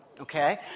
Okay